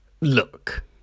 Look